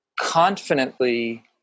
confidently